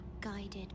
guided